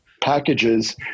packages